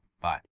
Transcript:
Bye